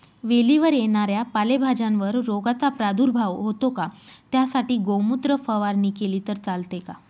वेलीवर येणाऱ्या पालेभाज्यांवर रोगाचा प्रादुर्भाव होतो का? त्यासाठी गोमूत्र फवारणी केली तर चालते का?